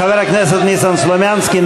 חבר הכנסת ניסן סלומינסקי,